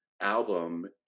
album